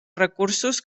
recursos